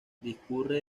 discurre